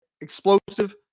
explosive